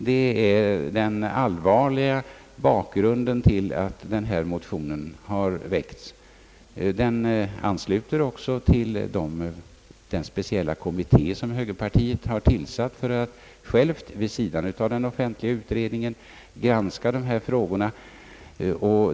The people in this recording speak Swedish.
Det är den allvarliga bakgrunden till motionen, som också ansluter till den speciella kommitté som högerpartiet har tillsatt för att vid sidan av den offentliga utredningen granska dessa frågor.